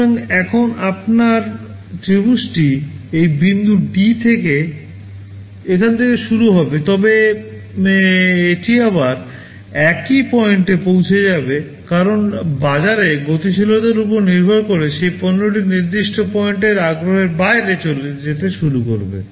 সুতরাং এখন আপনার ত্রিভুজটি এই বিন্দু D থেকে এখান থেকে শুরু হবে তবে এটি আবার একই পয়েন্টে পৌঁছে যাবে কারণ বাজারে গতিশীলতার উপর নির্ভর করে সেই পণ্যটির নির্দিষ্ট পয়েন্টের আগ্রহের বাইরে চলে যেতে শুরু করবে